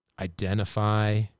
identify